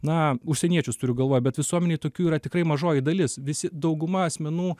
na užsieniečius turiu galvoj bet visuomenėj tokių yra tikrai mažoji dalis visi dauguma asmenų